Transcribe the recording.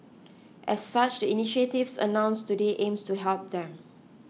as such the initiatives announced today aims to help them